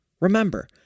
Remember